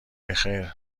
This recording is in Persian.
بخیر